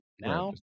Now